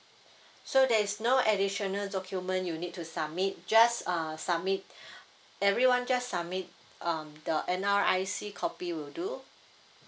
so there is no additional document you need to submit just uh submit everyone just submit um the N_R_I_C copy will do